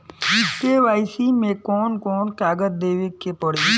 KYC मे कौन कौन कागज देवे के पड़ी?